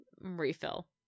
refill